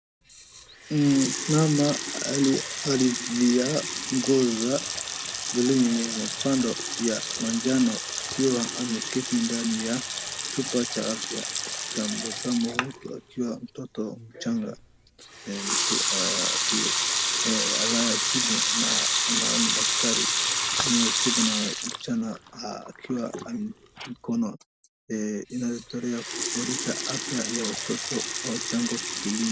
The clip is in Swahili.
Ni mama aliyevalia nguo za buluu yenye pambo ya manjano akiwa ameketi ndani ya chumba cha afya akitabasamu, huku akiwa mtoto mchanga mtu akimtibu na naona daktari anayetibu na mchana akiwa na mkono inayotolea kuonyesha afya wa watoto wachanga hospitalini.